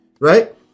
Right